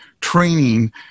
training